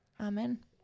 Amen